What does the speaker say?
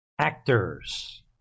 actors